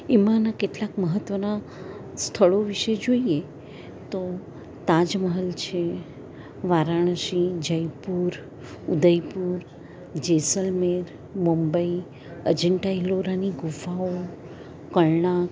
એમાંના કેટલાક મહત્વના સ્થળો વિશે જોઇએ તો તાજમહલ છે વારાણસી જયપુર ઉદયપુર જેસલમેર મુંબઈ અજંટા ઇલોરાની ગુફાઓ કોણાર્ક